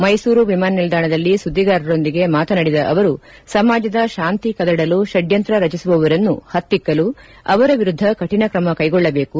ಮೈಸೂರು ವಿಮಾನ ನಿಲ್ದಾಣದಲ್ಲಿ ಸುದ್ದಿಗಾರರೊಂದಿಗೆ ಮಾತನಾಡಿದ ಅವರು ಸಮಾಜದ ತಾಂತಿ ಕದಡಲು ಷಡ್ಕಂತ್ರ ರಚಿಸುವವರನ್ನು ಪತ್ತಿಕ್ಕಲು ಅವರ ವಿರುದ್ಧ ಕಠಿಣ ಕ್ರಮ ಕೈಗೊಳ್ಳಬೇಕು